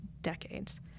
decades